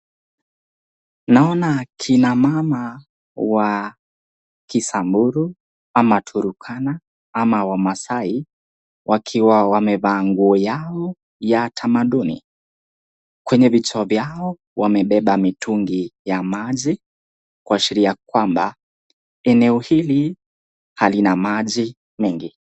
Naona kina mama wa kisamburu ama Turkana ama wamaasai wakiwa wamevaa nguo yao ya tamaduni , kwenye vichwa vyao wamebeba mitungi ya maji kuashiria kwamba eneo hili halina maji mengi.